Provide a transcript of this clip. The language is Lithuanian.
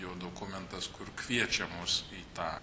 jo dokumentas kur kviečia mus į tą